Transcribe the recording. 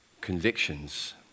convictions